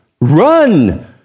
Run